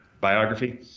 biography